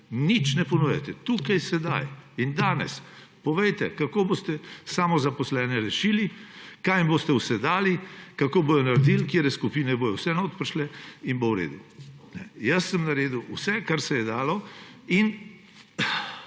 Nič ne ponujate. Tukaj, sedaj in danes povejte, kako boste samozaposlene rešili, kaj jim boste vse dali, kako bodo naredili, katere skupine bodo vse noter prišle in bo v redu. Jaz sem naredil vse, kar se je dalo, in